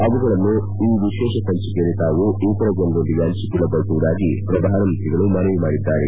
ಅವುಗಳನ್ನು ಈ ವಿಶೇಷ ಸಂಚಿಕೆಯಲ್ಲಿ ತಾವು ಇತರ ಜನರೊಂದಿಗೆ ಪಂಚಿಕೊಳ್ಲಬಯಸುವುದಾಗಿ ಪ್ರಧಾನಮಂತ್ರಿಗಳು ಮನವಿ ಮಾಡಿದ್ದಾರೆ